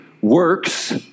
works